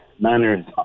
manners